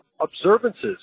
observances